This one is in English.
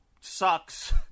sucks